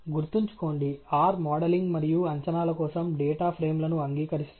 గుర్తుంచుకోండి R modelling మరియు అంచనాల కోసం డేటా ఫ్రేమ్లను అంగీకరిస్తుంది